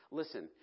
listen